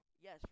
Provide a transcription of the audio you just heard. Yes